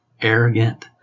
arrogant